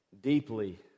deeply